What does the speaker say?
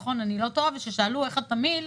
וכששאלו איך התמהיל,